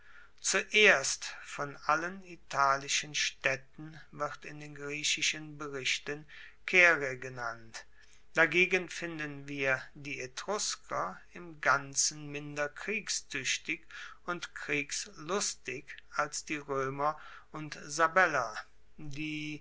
zuerst von allen italischen staedten wird in den griechischen berichten caere genannt dagegen finden wir die etrusker im ganzen minder kriegstuechtig und kriegslustig als die roemer und sabeller die